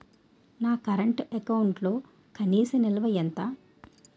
నా కరెంట్ అకౌంట్లో కనీస నిల్వ ఎంత?